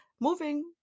moving